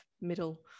middle